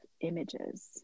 images